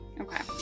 Okay